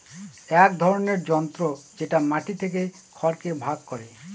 এক ধরনের যন্ত্র যেটা মাটি থেকে খড়কে ভাগ করে